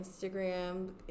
Instagram